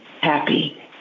happy